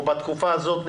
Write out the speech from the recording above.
או בתקופה הזאת,